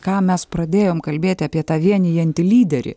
ką mes pradėjom kalbėti apie tą vienijantį lyderį